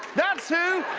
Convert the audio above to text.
that's who.